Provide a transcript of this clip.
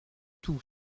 tout